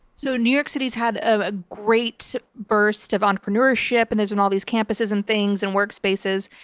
so new york city's had a great burst of entrepreneurship, and there's an all these campuses and things, and workspaces.